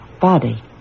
body